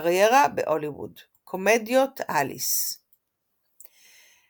קריירה בהוליווד קומדיות אליס בעקבות